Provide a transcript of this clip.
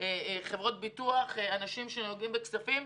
חברות ביטוח, אנשים שנוגעים בכספים.